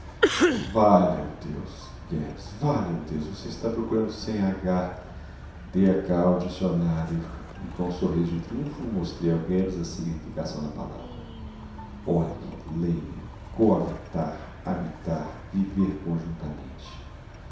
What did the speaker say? valha-o deus guedes valha-o deus você está procurando sem h dê cá o dicionário e com um sorriso de triunfo mostrei ao guedes a significação da palavra olhe leia coabitar habitar viver conjuntamente